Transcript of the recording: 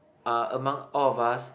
uh among all of us